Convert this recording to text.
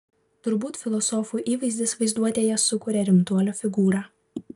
turbūt filosofų įvaizdis vaizduotėje sukuria rimtuolio figūrą